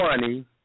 Money